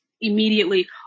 immediately